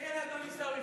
כן, אדון עיסאווי פריג'.